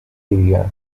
area